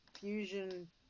fusion